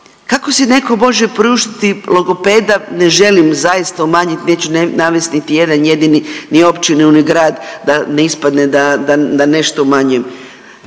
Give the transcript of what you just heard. kako si neko može priuštiti logopeda, ne želim zaista umanjit, neću navest niti jedan jedini ni općinu ni grad da ne ispadne da, da, da nešto umanjujem,